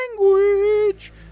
language